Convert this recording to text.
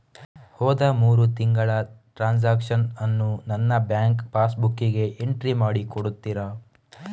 ಹೋದ ಮೂರು ತಿಂಗಳ ಟ್ರಾನ್ಸಾಕ್ಷನನ್ನು ನನ್ನ ಬ್ಯಾಂಕ್ ಪಾಸ್ ಬುಕ್ಕಿಗೆ ಎಂಟ್ರಿ ಮಾಡಿ ಕೊಡುತ್ತೀರಾ?